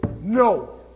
no